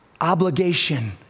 obligation